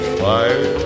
fire